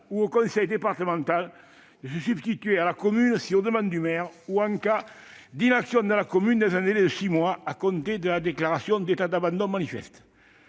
ou aux conseils départementaux de se substituer à la commune sur demande du maire ou en cas d'inaction de la commune dans un délai de six mois à compter de la déclaration d'état d'abandon manifeste.